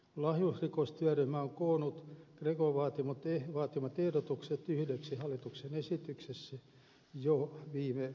lahjusrikostyöryhmä on koonnut grecon vaatimat ehdotukset yhdeksi hallituksen esitykseksi jo viime vuonna